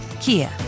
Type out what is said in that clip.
Kia